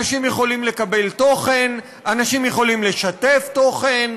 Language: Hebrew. אנשים יכולים לקבל תוכן, אנשים יכולים לשתף תוכן,